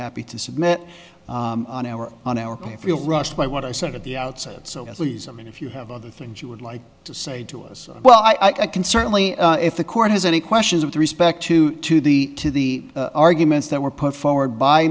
happy to submit on our on our feel rushed by what i said at the outset so at least i mean if you have other things you would like to say to us well i can certainly if the court has any questions with respect to to the to the arguments that were put forward by